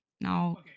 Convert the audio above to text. Now